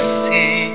see